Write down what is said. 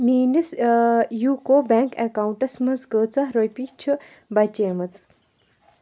میٛٲنِس UCO bank accounts منٛز کۭژاہ رۄپیہِ چھِ بَچیمٕژ